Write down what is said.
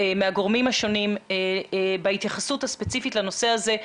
מהגורמים השונים בהתייחסות ספציפית לנושא הזה,